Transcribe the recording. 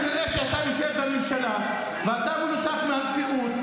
אתה כנראה יושב בממשלה ואתה מנותק מהמציאות.